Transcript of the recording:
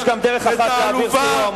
את העלובה,